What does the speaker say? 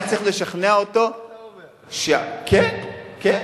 רק צריך לשכנע אותו, כן, כן.